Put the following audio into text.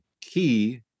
key